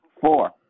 Four